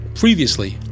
Previously